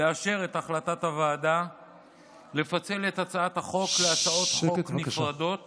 לאשר את החלטת הוועדה לפצל את הצעת החוק להצעות חוק נפרדות